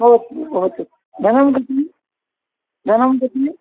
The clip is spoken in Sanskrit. भवतु भवतु धनं कति धनं कति